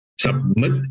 submit